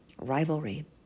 rivalry